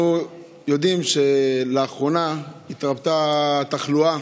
אנחנו יודעים שלאחרונה התרבתה התחלואה